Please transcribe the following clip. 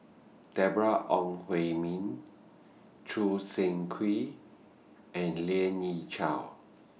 Deborah Ong Hui Min Choo Seng Quee and Lien Ying Chow